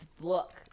Look